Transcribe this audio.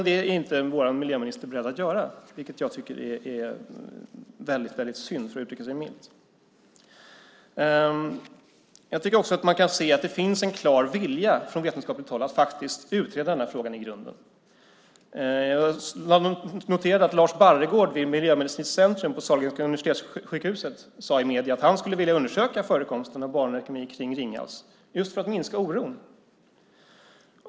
Det är dock inte vår miljöminister beredd att göra, vilket jag tycker är väldigt, väldigt tråkigt, för att uttrycka det milt. Man kan se att det finns en klar vilja från vetenskapligt håll att utreda frågan i grunden. Jag noterar att Lars Barregård vid Miljömedicinskt Centrum på Sahlgrenska Universitetssjukhuset i medierna sagt att han skulle vilja undersöka förekomsten av barnleukemi kring Ringhals, detta just för att minska oron.